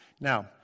Now